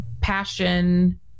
passion